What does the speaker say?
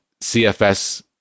CFS